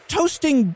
Toasting